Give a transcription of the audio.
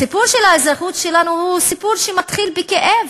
הסיפור של האזרחות שלנו הוא סיפור שמתחיל בכאב.